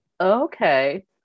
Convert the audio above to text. Okay